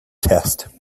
test